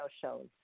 shows